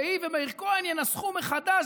שהיא ומאיר כהן ינסחו מחדש,